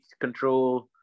control